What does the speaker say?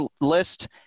list